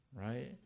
Right